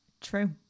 true